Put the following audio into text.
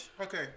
Okay